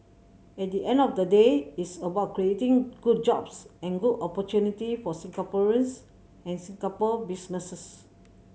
at the end of the day it's about creating good jobs and good opportunity for Singaporeans and Singapore businesses